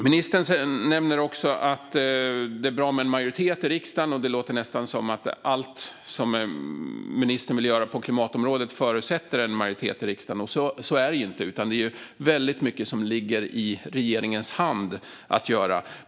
Ministern säger också att det är bra med en majoritet i riksdagen, och det låter nästan som att allt som ministern vill göra på klimatområdet förutsätter en majoritet i riksdagen, men så är det inte. Väldigt mycket ligger i regeringen hand.